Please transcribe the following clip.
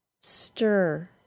stir